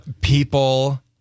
people